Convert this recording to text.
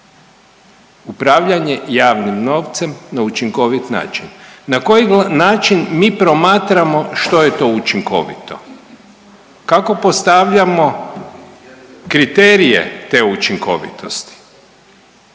Upravljanje javnim novcem na učinkovit način. Na koji način mi promatramo što je to učinkovito? Kako postavljamo kriterije te učinkovitosti?